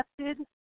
accepted